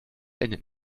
endet